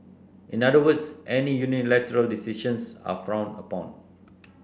in other words any unilateral decisions are frowned upon